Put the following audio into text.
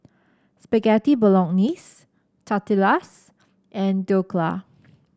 Spaghetti Bolognese Tortillas and Dhokla